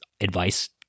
advice